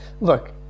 Look